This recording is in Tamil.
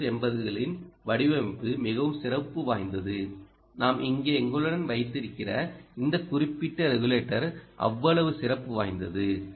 எஸ் 780ஸின் வடிவமைப்பு மிகவும் சிறப்பு வாய்ந்தது நாம் இங்கே எங்களுடன் வைத்திருக்கிற இந்த குறிப்பிட்ட ரெகுலேட்டர் அவ்வளவு சிறப்பு வாய்ந்தது